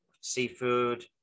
seafood